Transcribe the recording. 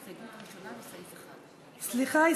סליחה,